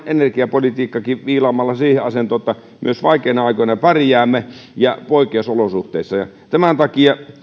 energiapolitiikkakin siihen asentoon että myös vaikeina aikoina ja poikkeusolosuhteissa pärjäämme tämän takia